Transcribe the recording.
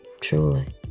truly